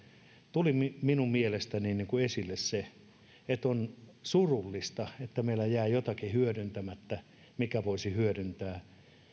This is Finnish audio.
tuli minun mielestäni esille se että on surullista että meillä jää jotakin hyödyntämättä minkä voisi hyödyntää